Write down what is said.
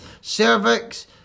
cervix